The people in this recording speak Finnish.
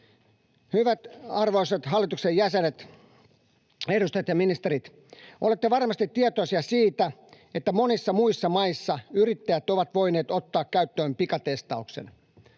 Hyvät arvoisat hallituksen jäsenet, ministerit, ja edustajat, olette varmasti tietoisia siitä, että monissa muissa maissa yrittäjät ovat voineet ottaa käyttöön pikatestauksen.